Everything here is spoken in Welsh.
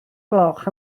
gloch